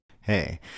hey